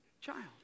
child